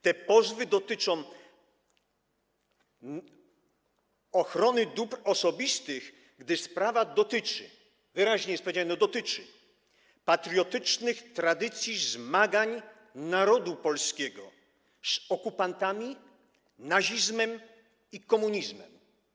Te pozwy dotyczą ochrony dóbr osobistych, gdy sprawa - wyraźnie jest powiedziane - dotyczy patriotycznych tradycji zmagań narodu polskiego z okupantami, nazizmem i komunizmem.